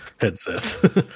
headsets